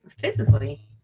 physically